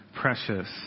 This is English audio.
precious